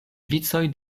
vicoj